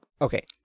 okay